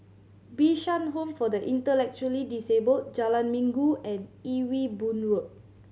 Bishan Home for the Intellectually Disabled Jalan Minggu and Ewe Boon Road